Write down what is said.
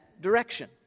direction